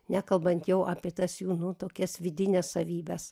nekalbant jau apie tas jų nu tokias vidines savybes